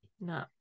no